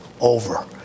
over